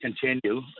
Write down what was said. continue